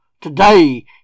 Today